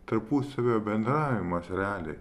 tarpusavio bendravimas realiai